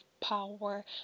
power